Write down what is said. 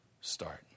start